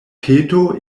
peto